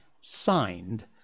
signed